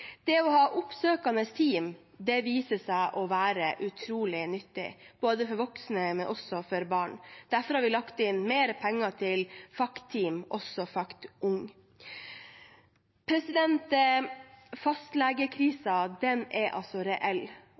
Det å ha oppsøkende team viser seg å være utrolig nyttig for både voksne og barn. Derfor har vi lagt inn mer penger til FACT-team, også FACT Ung. Fastlegekrisen er reell, og den merkes mer og mer. Altfor mange står uten en fastlege. Det er